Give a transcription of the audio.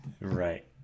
Right